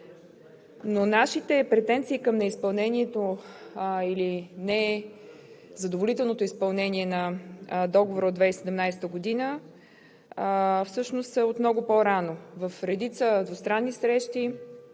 но нашите претенции към незадоволителното изпълнение на Договора от 2017 г. всъщност е от много по-рано. В редица двустранни срещи,